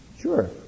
Sure